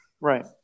Right